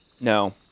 No